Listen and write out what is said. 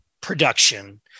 production